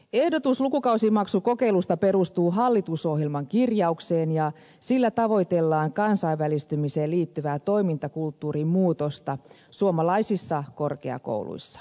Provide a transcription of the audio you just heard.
ehdotus lukukausimaksukokeilusta perustuu hallitusohjelman kirjaukseen ja sillä tavoitellaan kansainvälistymiseen liittyvää toimintakulttuurin muutosta suomalaisissa korkeakouluissa